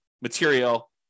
material